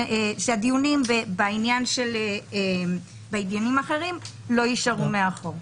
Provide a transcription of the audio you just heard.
שהדיונים בעניינים אחרים לא יישארו מאחור.